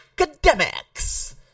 academics